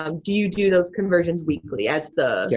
um do you do those conversions weekly as the yeah